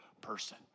person